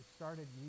started